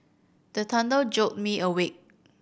the thunder jolt me awake